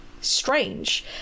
strange